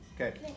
Okay